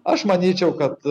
aš manyčiau kad